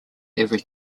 every